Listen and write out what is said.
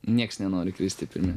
niekas nenori kristi pirmi